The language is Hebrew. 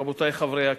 רבותי חברי הכנסת,